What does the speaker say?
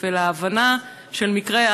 אלא ההבנה של המקרה,